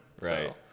right